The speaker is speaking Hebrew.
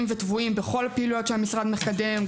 וטבועים בכל הפעילויות שהמשרד מקדם,